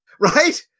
right